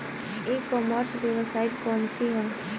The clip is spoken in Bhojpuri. ई कॉमर्स वेबसाइट कौन सी है?